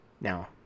Now